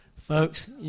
Folks